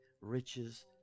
riches